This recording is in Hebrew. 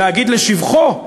להגיד לשבחו,